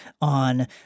on